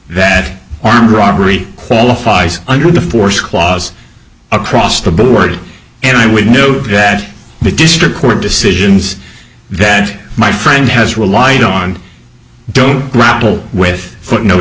that armed robbery qualifies under the fourth clause across the board and i would know dat but district court decisions that my friend has relied on don't grapple with footnote